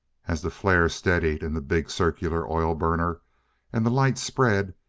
as the flare steadied in the big circular oil burner and the light spread,